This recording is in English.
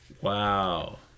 Wow